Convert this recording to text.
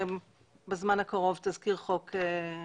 בזמן הקרוב יצא לדרך תזכיר חוק.